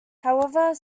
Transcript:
however